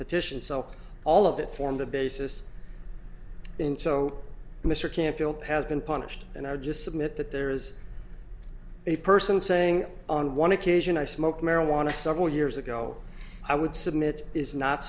petition so all of that formed a basis in so mr canfield has been punished and are just submit that there is a person saying on one occasion i smoked marijuana several years ago i would submit is not